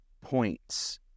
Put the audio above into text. points